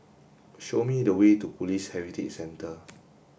show me the way to Police Heritage Centre